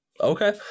Okay